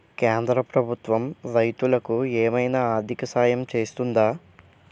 కేంద్ర ప్రభుత్వం రైతులకు ఏమైనా ఆర్థిక సాయం చేస్తుందా?